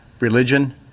religion